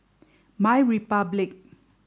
MyRepublic